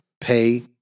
Pay